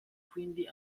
quindi